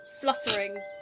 fluttering